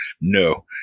no